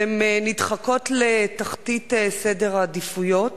הן נדחקות לתחתית סדר העדיפויות